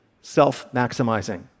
self-maximizing